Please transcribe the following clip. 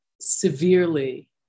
severely